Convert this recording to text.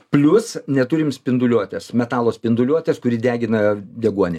plius neturim spinduliuotės metalo spinduliuotės kuri degina deguonį